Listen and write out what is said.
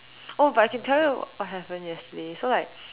oh but I can tell you what happened yesterday so like